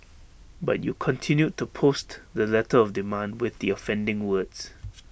but you continued to post the letter of demand with the offending words